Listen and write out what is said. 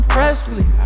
Presley